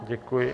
Děkuji.